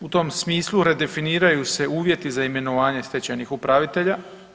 U tom smislu redefiniraju se uvjeti za imenovanje stečajnih upravitelja.